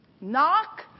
Knock